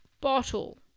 bottle